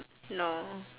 no